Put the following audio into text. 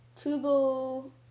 kubo